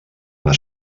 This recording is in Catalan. una